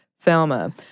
Thelma